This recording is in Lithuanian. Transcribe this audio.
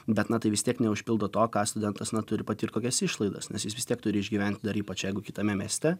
bet na tai vis tiek neužpildo to ką studentas na turi patirti kokias išlaidas nes jis vis tiek turi išgyventi dar ypač jeigu kitame mieste